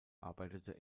arbeitete